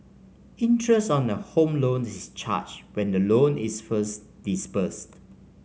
interest on a home loan is charged when the loan is first disbursed